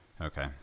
Okay